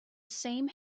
same